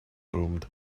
boomed